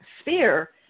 sphere